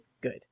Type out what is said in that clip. good